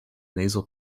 nasal